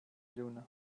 lluna